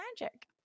magic